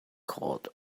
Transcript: called